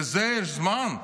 לזה יש זמן?